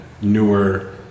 newer